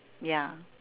ya